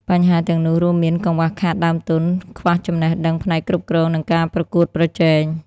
បញ្ហាទាំងនោះរួមមាន កង្វះខាតដើមទុន ខ្វះចំណេះដឹងផ្នែកគ្រប់គ្រង និងការប្រកួតប្រជែង។